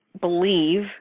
believe